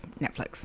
Netflix